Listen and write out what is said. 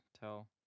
tell